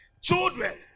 Children